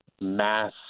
mass